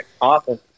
Awesome